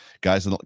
guys